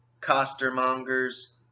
costermongers